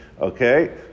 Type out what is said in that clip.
Okay